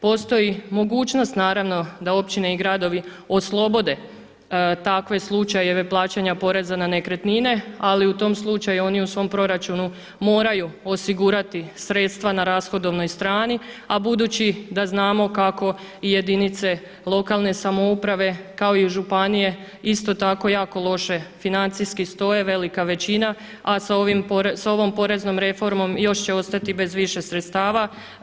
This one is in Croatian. Postoji mogućnost naravno da općine i gradovi oslobode takve slučajeve plaćanja poreza na nekretnine, ali u tom slučaju oni u svom proračunu moraju osigurati sredstva na rashodovnoj strani, a budući da znamo kako jedinice lokalne samouprave kao i županije isto tako jako loše financijski stoje velika većina, a sa ovom poreznom reformom još će ostati bez više sredstava.